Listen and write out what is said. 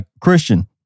Christian